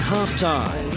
Halftime